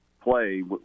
Play